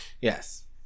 Yes